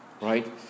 right